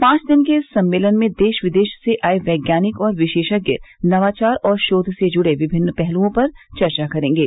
पांच दिन के इस सम्मेलन में देश विदेश से आए वैज्ञानिक और विशेषज्ञ नवाचार और शोध से जूड़े विभिन्न पहलुओं पर चर्चा करेंगे